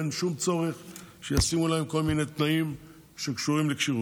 ואין שום צורך שישימו להם כל מיני תנאים שקשורים לכשירות.